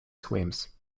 swims